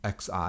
Xi